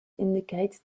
indicate